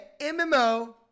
MMO